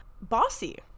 Bossy